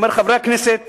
"חברי הכנסת